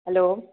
hello